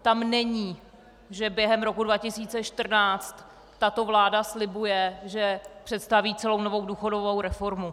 Tam není, že během roku 2014 tato vláda slibuje, že představí celou novou důchodovou reformu.